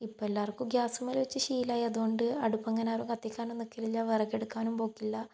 ഇപ്പോൾ എല്ലാവർക്കും ഗ്യാസുമ്മേൽ വെച്ച് ശീലമായതുകൊണ്ട് അടുപ്പങ്ങനാരും കത്തിക്കാനും നിൽക്കലില്ല വിറകെടുക്കാനും പോക്കില്ല